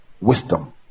wisdom